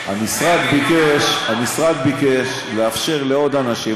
היה 1 4. המשרד ביקש לאפשר לעוד אנשים.